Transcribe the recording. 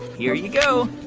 here you go.